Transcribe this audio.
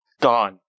Gone